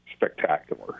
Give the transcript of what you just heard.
Spectacular